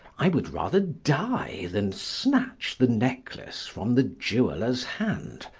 i would rather die than snatch the necklace from the jeweler's hand.